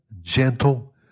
gentle